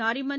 Nariman